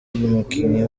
umukinnyi